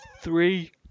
three